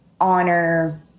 honor